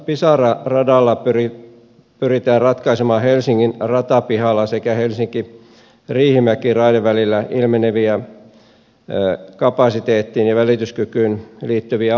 pisara radalla pyritään ratkaisemaan helsingin ratapihalla sekä helsinkiriihimäki raidevälillä ilmeneviä kapasiteettiin ja välityskykyyn liittyviä ongelmia